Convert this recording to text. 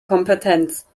kompetenz